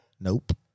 nope